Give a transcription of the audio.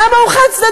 למה הוא חד-צדדי?